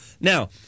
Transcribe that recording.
Now